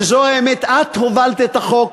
זו האמת, את הובלת את החוק,